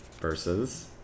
Versus